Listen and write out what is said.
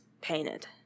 painted